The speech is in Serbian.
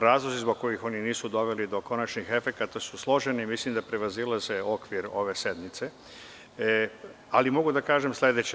Razlozi zbog kojih oni nisu doveli do konačnih efekata su složeni i mislim da prevazilaze okvir ove sednice, ali mogu da kažem sledeće.